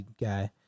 guy